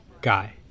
Guy